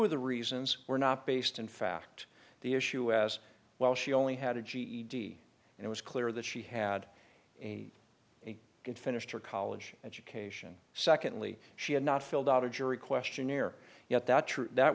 of the reasons were not based in fact the issue as well she only had a ged and it was clear that she had a a good finished her college education secondly she had not filled out a jury questionnaire yet that t